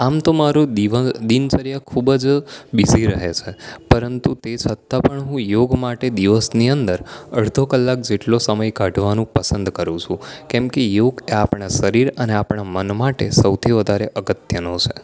આમ તો મારો દિનચર્યા ખૂબ જ બીસી રહે છે પરંતુ તે છતાં પણ હું યોગ માટે દિવસની અંદર અડધો કલાક જેટલો સમય કાઢવાનું પસંદ કરું છું કેમકે યોગ એ આપણાં શરીર અને આપણાં મન માટે સૌથી વધારે અગત્યનો છે